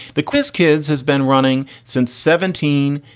the quiz kids has been running since seventeen,